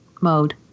mode